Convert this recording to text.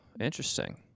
interesting